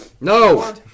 No